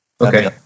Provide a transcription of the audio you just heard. Okay